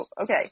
okay